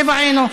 טבע האנוש.